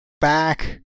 back